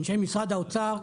אנשי משרד האוצר,